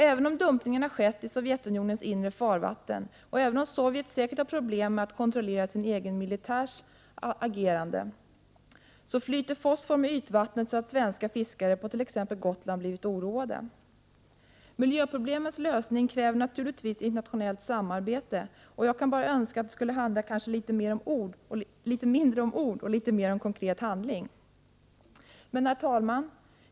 Även om dumpningen skett i Sovjetunionens inre farvatten och även om Sovjetunionen säkert har problem med att kontrollera sin egen militärs agerande, flyter fosfor med ytvattnet så att svenska fiskare på t.ex. Gotland blivit oroade. Miljöproblemens lösning kräver naturligtvis internationellt samarbete, och jag kan bara önska att det skulle handla litet mindre om ord och litet mer om konkret handling. Herr talman!